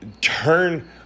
turn